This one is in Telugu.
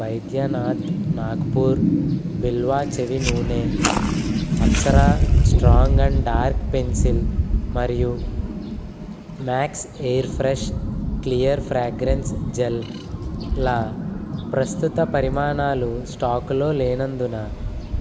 వైద్యనాథ్ నాగ్పూర్ బిల్వా చెవి నూనె Apsara strong and dark pencil మరియు max air fresh clear fragrance gel లా ప్రస్తుత పరిమాణాలు స్టాక్లో లేనందున